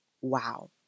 Wow